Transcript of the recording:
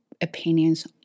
opinions